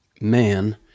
man